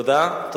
תודה.